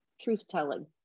truth-telling